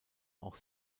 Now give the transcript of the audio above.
auch